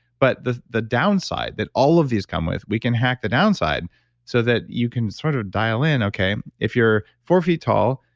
but the the downside that all of these come with, we can hack the downside so that you can sort of dial in, okay, if you're four feet tall,